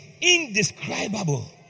Indescribable